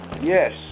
Yes